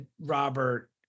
Robert